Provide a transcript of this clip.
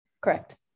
Correct